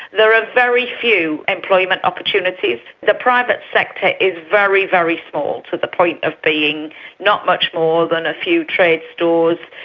there are very few employment opportunities. the private sector is very, very small, to the point of being not much more than a few trade stores.